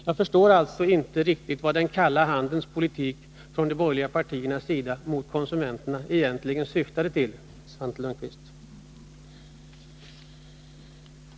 Jag förstår alltså inte riktigt vad uttrycket om den kalla handens politik syftade på, Svante Lundkvist.